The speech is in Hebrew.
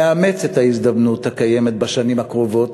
לאמץ את ההזדמנות הקיימת בשנים הקרובות